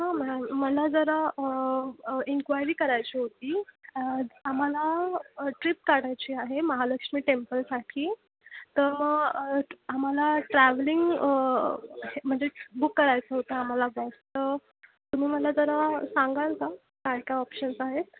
हां मॅम मला जरा इन्क्वायरी करायची होती आम्हाला ट्रिप काढायची आहे महालक्ष्मी टेम्पलसाठी तर आम्हाला ट्रॅव्हलिंग हे म्हणजे बुक करायचं होतं आम्हाला बसचं तुम्ही मला जरा सांगाल काय काय ऑप्शन्स आहेत